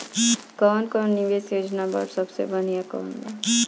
कवन कवन निवेस योजना बा और सबसे बनिहा कवन बा?